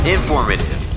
Informative